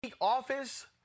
office